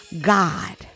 God